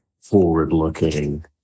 forward-looking